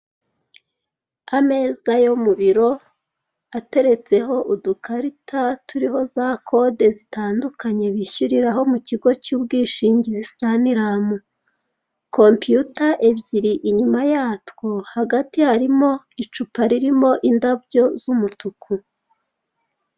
Ameza yo mu biro ateretseho udukarita turiho za kode zitandukanye bishyuriraho mu kigo cy'ubwishingizi saniramu, kompiyuta ebyiri, inyuma yatwo hagati harimo icupa ririmo indabyo z'umutuku.